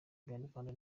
abanyarwanda